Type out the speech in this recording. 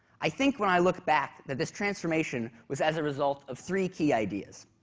i think when i look back, that this transformation was as a result of three key ideas,